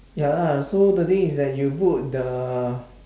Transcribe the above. ya lah so the thing is that you book the